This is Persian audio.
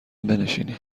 بنشینید